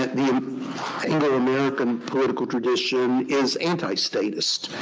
the anglo-american political tradition is anti-statist,